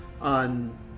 on